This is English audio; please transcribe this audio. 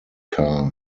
car